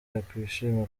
yakwishima